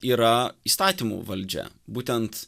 yra įstatymų valdžia būtent